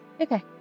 Okay